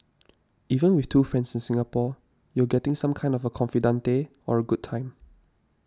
even with two friends in Singapore you're getting some kind of a confidante or a good time